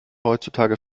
heutzutage